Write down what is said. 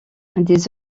des